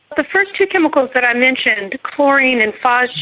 the first two chemicals that i mentioned, chlorine and phosgene,